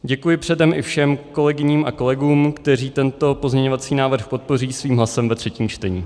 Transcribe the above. Děkuji předem i všem kolegyním a kolegům, kteří tento pozměňovací návrh podpoří svým hlasem ve třetím čtení.